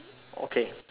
okay